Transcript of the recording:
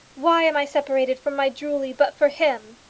why am i separated from my julie but for him?